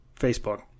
Facebook